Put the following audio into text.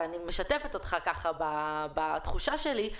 ואני משתפת אותך בתחושה שלי,